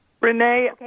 renee